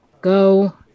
Go